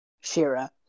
Shira